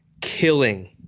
killing –